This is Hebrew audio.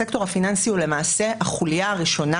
הסקטור הפיננסי הוא למעשה החוליה הראשונה